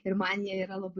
ir man jie yra labai